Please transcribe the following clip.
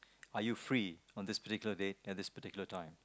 are you free on this particular day at this particular time